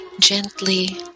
gently